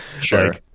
Sure